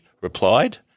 replied